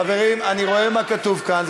חברים, אני רואה מה כתוב כאן.